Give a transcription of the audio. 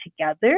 together